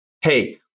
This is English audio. hey